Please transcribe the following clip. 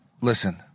listen